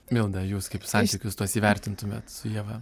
milda jūs kaip santykius tuos įvertintumėt su ieva